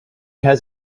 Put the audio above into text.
has